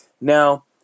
Now